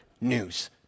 news